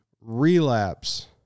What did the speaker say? relapse